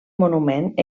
monument